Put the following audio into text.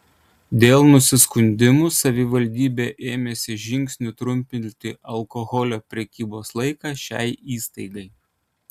dėl nusiskundimų savivaldybė ėmėsi žingsnių trumpinti alkoholio prekybos laiką šiai įstaigai